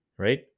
Right